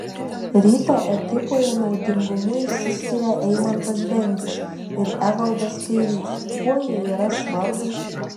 ryto ekipoje naudingumu išsiskiria eimantas bendžius ir evaldas kairys kuo jie yra svarbūs